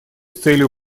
целью